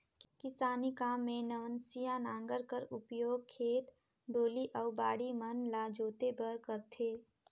किसानी काम मे नवनसिया नांगर कर उपियोग खेत, डोली अउ बाड़ी मन ल जोते बर करथे